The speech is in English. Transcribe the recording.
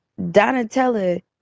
Donatella